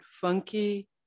funky